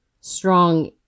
strong